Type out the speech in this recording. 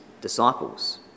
disciples